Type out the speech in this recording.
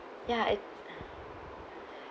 ya it